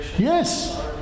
Yes